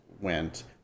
went